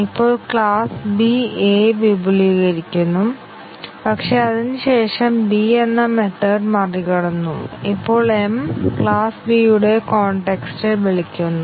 ഇപ്പോൾ class B A വിപുലീകരിക്കുന്നു പക്ഷേ അതിനു ശേഷം B എന്ന മെത്തേഡ് മറികടന്നു ഇപ്പോൾ m ക്ലാസ് B യുടെ കോൺടെക്സ്റ്റ് ഇൽ വിളിക്കുന്നു